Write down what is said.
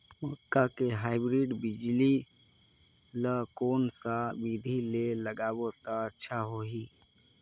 मक्का के हाईब्रिड बिजली ल कोन सा बिधी ले लगाबो त अच्छा होहि?